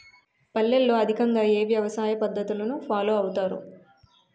పల్లెల్లో అధికంగా ఏ వ్యవసాయ పద్ధతులను ఫాలో అవతారు?